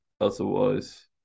otherwise